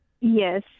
yes